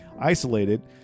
isolated